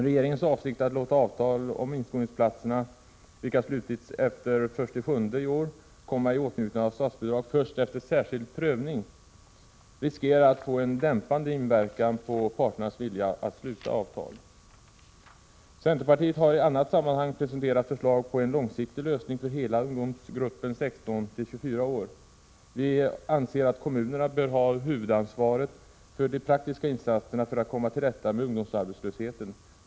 Regeringens avsikt att i fråga om avtal om inskolningsplatser som slutits efter den 1 juli i år bevilja statsbidrag först efter särskild prövning riskerar att få en dämpande inverkan på parternas vilja att sluta avtal. Centerpartiet har i annat sammanhang presenterat förslag på en långsiktig lösning för hela ungdomsgruppen 16-24-åringar. Vi anser att kommunerna bör ha huvudansvaret för de praktiska insatserna för att komma till rätta med ungdomsarbetslösheten.